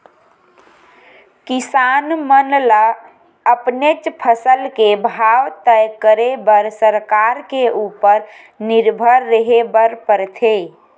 किसान मन ल अपनेच फसल के भाव तय करे बर सरकार के उपर निरभर रेहे बर परथे